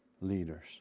leaders